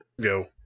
go